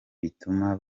bituma